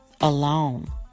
alone